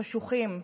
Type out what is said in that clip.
חשוכים,